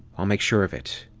i'll make sure of it.